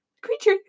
creature